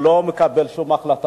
והוא לא מקבל שום החלטה,